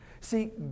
See